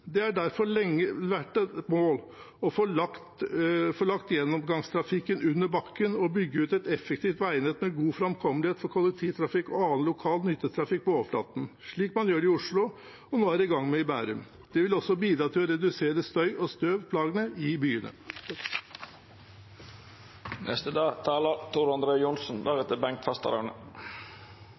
Det har derfor lenge vært et mål å få lagt gjennomgangstrafikken under bakken og bygge ut et effektivt veinett med god framkommelighet for kollektivtrafikk og annen lokal nyttetrafikk på overflaten, slik man nå gjør i Oslo, og er i gang med i Bærum. Det vil også bidra til å redusere støy- og støvplagene i byene.